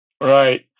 Right